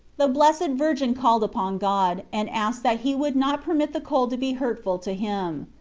the blessed virgin called upon god, and asked that he would not permit the cold to be hurtful to him.